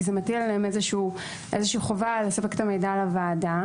כי זה מטיל עליהם איזושהי חובה לספק את המידע לוועדה.